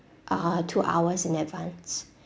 uh two hours in advance